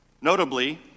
Notably